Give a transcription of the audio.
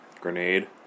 Grenade